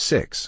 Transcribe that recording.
Six